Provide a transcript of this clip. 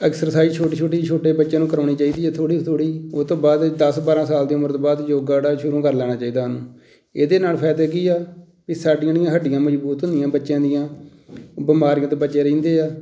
exercise ਛੋਟੀ ਛੋਟੀ ਛੋਟੇ ਬੱਚਿਆਂ ਨੂੰ ਕਰਵਾਉਣੀ ਚਾਹੀਦੀ ਹੈ ਥੋੜ੍ਹੀ ਥੋੜ੍ਹੀ ਉਹ ਤੋਂ ਬਾਅਦ ਦਸ ਬਾਰਾਂ ਸਾਲ ਦੀ ਉਮਰ ਤੋਂ ਬਾਅਦ ਯੋਗਾ ਜਿਹੜਾ ਆ ਸ਼ੁਰੂ ਕਰ ਲੈਣਾ ਚਾਹੀਦਾ ਉਹਨੂੰ ਇਹਦੇ ਨਾਲ ਫਾਇਦੇ ਕੀ ਆ ਵੀ ਸਾਡੀਆਂ ਜਿਹੜੀਆਂ ਹੱਡੀਆਂ ਮਜ਼ਬੂਤ ਹੁੰਦੀਆਂ ਬੱਚਿਆਂ ਦੀਆਂ ਬਿਮਾਰੀਆਂ ਤੋਂ ਬਚੇ ਰਹਿੰਦੇ ਆ